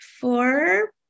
four